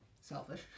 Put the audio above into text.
selfish